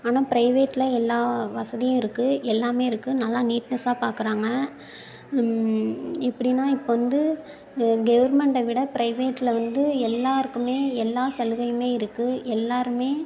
ஆனால் ப்ரைவேட்டில் எல்லா வசதியும் இருக்குது எல்லாமே இருக்குது நல்லா நீட்னஸ்ஸாக பார்க்குறாங்க இப்படினா இப்போ வந்து கவுர்மெண்ட விட ப்ரைவேட்டில் வந்து எல்லோருக்குமே எல்லா சலுகையுமே இருக்குது எல்லோருமே